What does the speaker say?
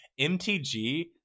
MTG